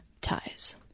ties